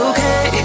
Okay